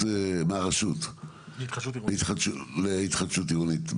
הזה מהרשות להתחדשות עירונית.